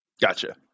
Gotcha